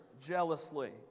jealously